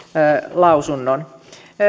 lausunnon